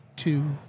two